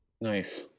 Nice